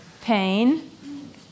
pain